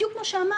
בדיוק מה שאמרת,